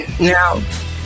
now